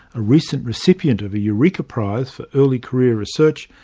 a recent recipient of a eureka prize for early career research,